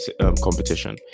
competition